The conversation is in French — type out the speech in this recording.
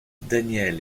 daniel